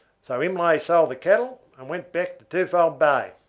so imlay sold the cattle, and went back to twofold bay.